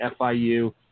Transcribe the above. FIU